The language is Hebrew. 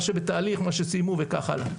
מה שבתהליך, מה שסיימו וכך הלאה.